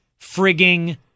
Frigging